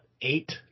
eight